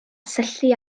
syllu